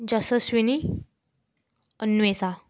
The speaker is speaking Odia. ଯଶସ୍ୱିନୀ ଅନ୍ୱେଷା